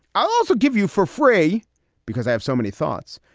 i also give you for free because i have so many thoughts.